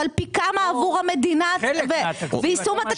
אבל פי כמה עבור המדינה ביישום התקציב.